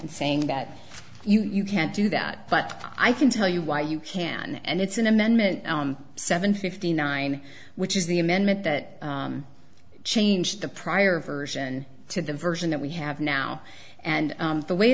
and saying that you can't do that but i can tell you why you can and it's an amendment seven fifty nine which is the amendment that changed the prior version to the version that we have now and the way